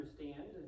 understand